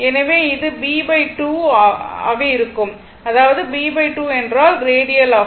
எனவே அது b2 ஆக இருக்கும் அதாவது b2 என்றால் ரேடியஸ் ஆகும்